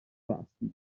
vasti